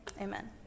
amen